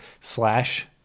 slash